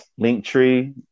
Linktree